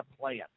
plan